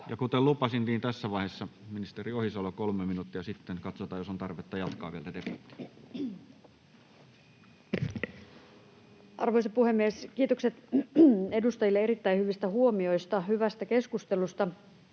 kuten lupasin, niin tässä vaiheessa ministeri Ohisalo, 3 minuuttia. Sitten katsotaan, jos on tarvetta jatkaa vielä tätä debattia. Arvoisa puhemies! Kiitokset edustajille erittäin hyvistä huomioista, hyvästä keskustelusta.